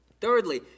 Thirdly